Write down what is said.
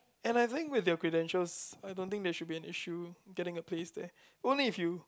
and I think with your credentials I don't think there should be an issue getting a place there only if you